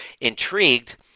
intrigued